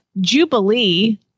Jubilee